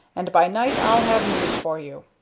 and by night i'll have news for you.